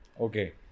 Okay